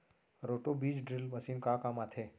Roto बीज drill machine का काम आथे?